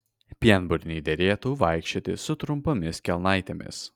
pienburniui derėtų vaikščioti su trumpomis kelnaitėmis